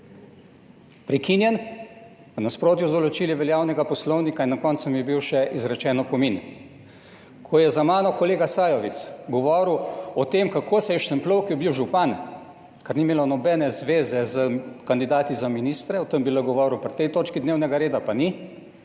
prekinjen v nasprotju z določili veljavnega Poslovnika in na koncu mi je bil še izrečen opomin. Ko je za mano kolega Sajovic govoril o tem, kako se je štempljal, ko je bil župan, kar ni imelo nobene zveze s kandidati za ministre, o tem bi lahko govoril pri tej točki dnevnega reda, pa ni,